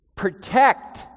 protect